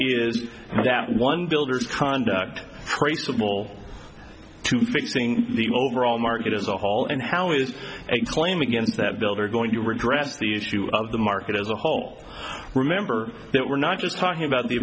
is that one builders conduct traceable to fixing the overall market in the hall and how is a claim against that builder going to regret the issue of the market as a whole remember that we're not just talking about the